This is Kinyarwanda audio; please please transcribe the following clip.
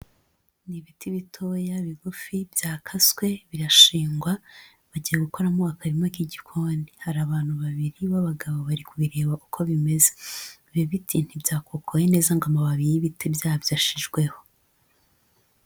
N'ibiti bitoya bigufi byakaswe birashingwa; bagiye gukoramo akarima k'igikoni, hari abantu babiri b'abagabo bari kubireba uko bimeze. Ibi biti ntibyakukokowe neza ngo amababi y'ibiti byabyo ashijweho.